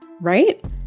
right